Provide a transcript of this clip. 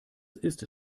ist